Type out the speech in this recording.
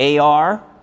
AR